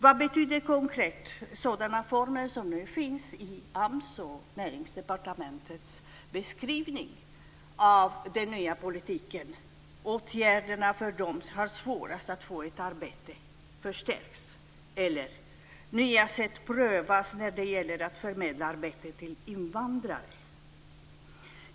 Vad betyder det konkret när AMS och Näringsdepartementet beskriver den nya politiken och framhåller att "åtgärder för de som har svårast att få ett arbete förstärks" eller att "nya sätt prövas när det gäller att förmedla arbete till invandrare"?